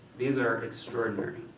these are extraordinary.